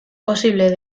posible